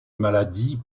maladie